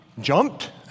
jumped